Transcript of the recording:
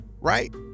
right